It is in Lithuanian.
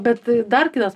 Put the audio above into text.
bet dar kitas